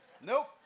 Nope